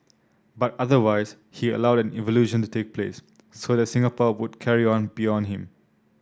but otherwise he allowed an evolution to take place so that Singapore would carry on beyond him